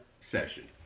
session